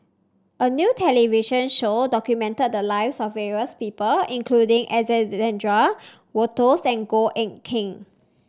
a new television show documented the lives of various people including Wolters and Goh Eck Kheng